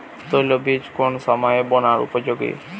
তৈলবীজ কোন সময়ে বোনার উপযোগী?